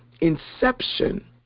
Inception